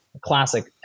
classic